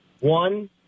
One